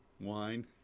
wine